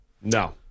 No